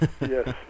Yes